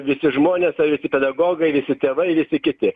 visi žmonės visi pedagogai visi tėvai kiti